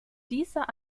dieser